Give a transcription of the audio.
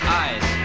eyes